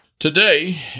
Today